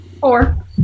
Four